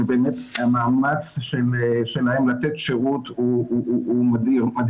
ובאמת המאמץ שלהם לתת שירות הוא מדהים,